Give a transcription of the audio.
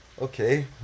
Okay